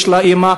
יש לה אימא,